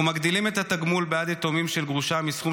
אנחנו מגדילים את התגמול בעד יתומים של גרושה מסכום